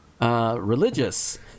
Religious